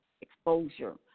exposure